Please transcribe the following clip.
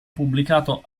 pubblicato